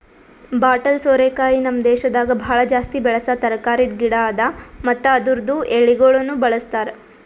bottle ಸೋರೆಕಾಯಿ ನಮ್ ದೇಶದಾಗ್ ಭಾಳ ಜಾಸ್ತಿ ಬೆಳಸಾ ತರಕಾರಿದ್ ಗಿಡ ಅದಾ ಮತ್ತ ಅದುರ್ದು ಎಳಿಗೊಳನು ಬಳ್ಸತಾರ್